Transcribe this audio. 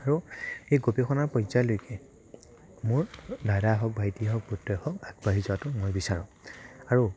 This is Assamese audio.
আৰু এই গৱেষণা পৰ্যায়লৈকে মোৰ দাদা হওক ভাইটি হওক পুত্ৰই হওক পঢ়ি যোৱাতো মই বিচাৰোঁ আৰু